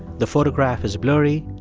the photograph is blurry.